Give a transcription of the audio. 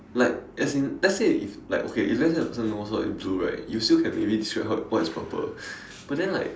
like as in let's say if like okay if let's say the person knows what is blue right you see can maybe describe what is purple but then like